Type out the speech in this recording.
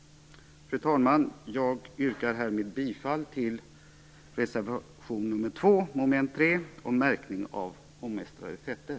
Fru talman! Jag yrkar härmed bifall till reservation nr 2 mom. 3 om märkning av omestrade fetter.